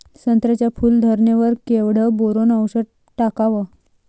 संत्र्याच्या फूल धरणे वर केवढं बोरोंन औषध टाकावं?